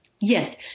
Yes